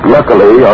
Luckily